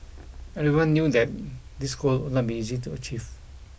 everyone knew that this goal would not be easy to achieve